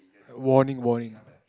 warning warning